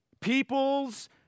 people's